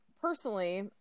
personally